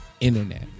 internet